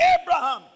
Abraham